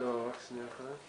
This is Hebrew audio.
זה היקף גדול מאוד